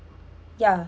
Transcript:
ya